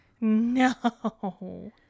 No